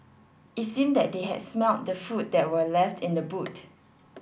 it seemed that they had smelt the food that were left in the boot